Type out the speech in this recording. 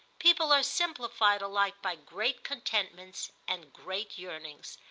people are simplified alike by great contentments and great yearnings,